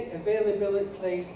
availability